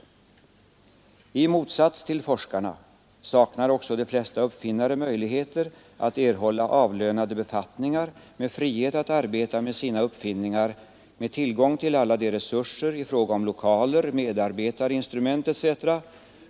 I motsats till forskarna saknar också de flesta uppfinnare möjligheter att erhålla avlönade befattningar med frihet att arbeta med sina uppfinningar, med tillgång till alla de resurser i fråga om lokaler, medarbetare, instrument etc.